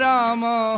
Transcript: Rama